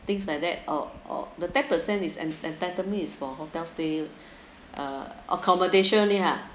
things like that or or the ten percent is en~ entitlement is for hotel stay uh accommodation only lah